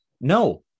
no